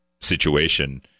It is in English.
situation